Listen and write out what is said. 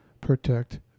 protect